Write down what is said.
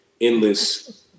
endless